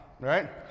right